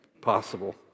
Possible